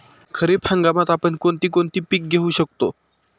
खरीप हंगामात आपण कोणती कोणती पीक घेऊ शकतो?